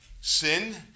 sin